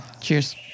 Cheers